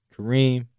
Kareem